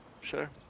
Sure